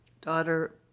Daughter